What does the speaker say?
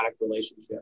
relationship